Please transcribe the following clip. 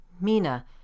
Mina